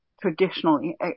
traditionally